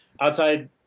Outside